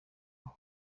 aho